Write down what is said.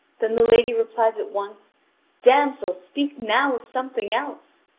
then the lady replies at once damsel, speak now of something else!